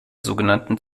sogenannten